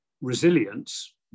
resilience